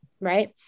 Right